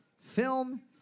film